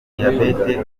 diabète